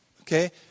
Okay